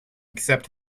accept